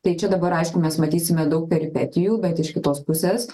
tai čia dabar aišku mes matysime daug peripetijų bet iš kitos pusės